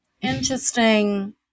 interesting